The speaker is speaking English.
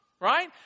Right